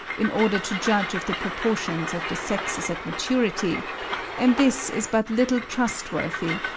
in order to judge of the proportions of the sexes at maturity and this is but little trustworthy,